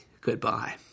goodbye